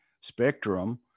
spectrum